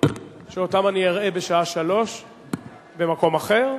שאותם אני אראה בשעה 15:00 במקום אחר,